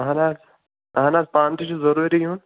اَہَن حظ اَہَن حظ پانہٕ تہِ چھُ ضروٗری یُن